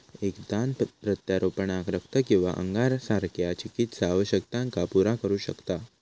एक दान प्रत्यारोपणाक रक्त किंवा अंगासारख्या चिकित्सा आवश्यकतांका पुरा करू शकता